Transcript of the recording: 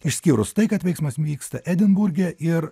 išskyrus tai kad veiksmas vyksta edinburge ir